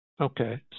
Okay